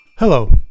Hello